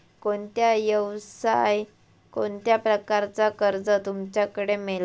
कोणत्या यवसाय कोणत्या प्रकारचा कर्ज तुमच्याकडे मेलता?